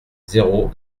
zéro